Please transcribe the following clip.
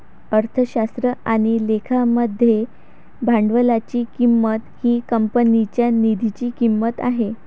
अर्थशास्त्र आणि लेखा मध्ये भांडवलाची किंमत ही कंपनीच्या निधीची किंमत आहे